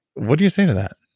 what do you say to that?